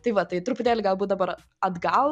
tai va tai truputėlį galbūt dabar atgal